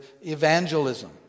evangelism